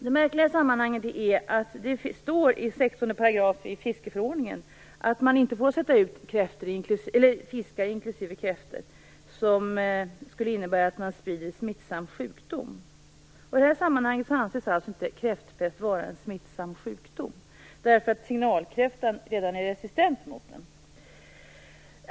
Det märkliga i sammanhanget är att det i 16 § fiskeförordningen står att man inte får sätta ut fiskar inklusive kräftor om det skulle innebära att man sprider smittsam sjukdom. I det här sammanhanget anses alltså inte kräftpest vara en smittsam sjukdom, eftersom signalkräftan redan är resistent mot den.